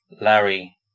Larry